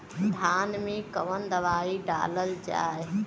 धान मे कवन दवाई डालल जाए?